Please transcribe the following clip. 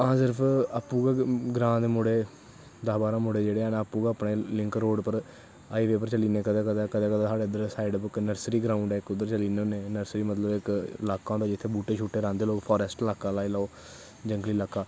अस सिर्प अपूं गै ग्रांऽ दे मुड़े दस बाहरां मुड़े जेह्ड़े हैन अपूं गै लिंक रोड़ पर हाईवे पर चली जन्ने कदैं कदैं कदैं कदैं साढ़ै साईड़ पर इक नर्सरी ग्राउंड़ ऐ इक उध्दर चली जन्ने होने न्रसरी मतलव इक लाह्का होंदा जित्थें बूह्टे शूह्टे राह्दे लोक जित्थें फारैस्ट लाह्का लाई लैओ जंगली लाह्का